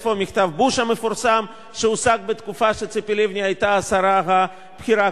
איפה מכתב בוש המפורסם שהושג בתקופה שציפי לבני היתה השרה הבכירה?